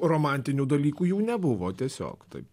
romantinių dalykų jų nebuvo tiesiog taip